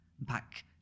back